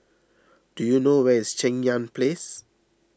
do you know where is Cheng Yan Place